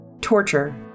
torture